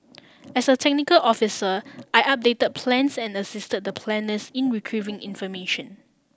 as a technical officer I updated plans and assisted the planners in retrieving information